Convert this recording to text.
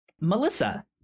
Melissa